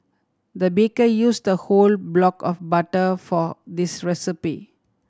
the baker used a whole block of butter for this recipe